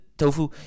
tofu